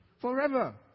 Forever